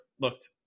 looked